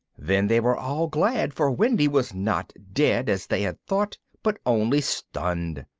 then they were all glad, for wendy was not dead, as they had thought, but only stunned.